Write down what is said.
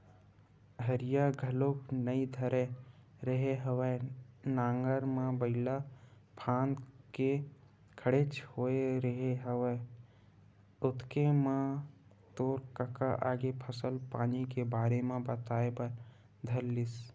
हरिया घलोक नइ धरे रेहे हँव नांगर म बइला फांद के खड़ेच होय रेहे हँव ओतके म तोर कका आगे फसल पानी के बारे म बताए बर धर लिस